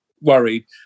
worried